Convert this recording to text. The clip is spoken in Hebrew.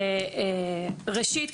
ראשית,